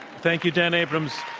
thank you, dan abrams.